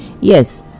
Yes